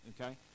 okay